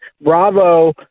Bravo